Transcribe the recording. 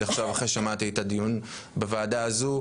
אחרי ששמעתי את הדיון בוועדה הזו,